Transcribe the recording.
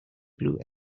blue